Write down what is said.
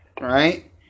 Right